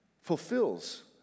fulfills